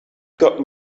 got